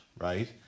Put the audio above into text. right